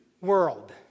world